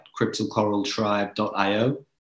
CryptoCoralTribe.io